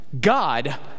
God